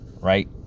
right